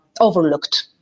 overlooked